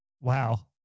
Wow